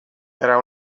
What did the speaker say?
era